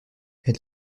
elle